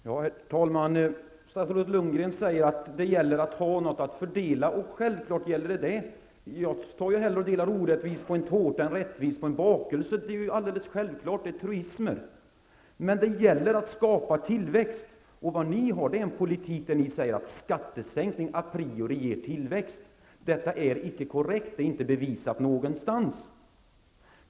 Herr talman! Statsrådet Bo Lundgren säger att det gäller att ha något att fördela. Självklart är det så. Jag delar hellre orättvist på en tårta än rättvist på en bakelse. Det är alldeles självklart. Det är truismer. Men det gäller att skapa tillväxt. Och vad ni har är en politik, där ni säger att skattesänkning a priori ger tillväxt. Detta är icke korrekt. Det är inte bevisat någonstans.